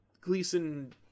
Gleason